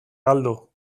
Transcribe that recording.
galdu